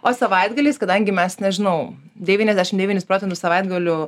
o savaitgaliais kadangi mes nežinau devyniasdešim devynis procentus savaitgalių